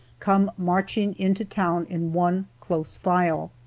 come marching into town in one close file.